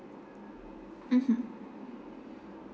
mmhmm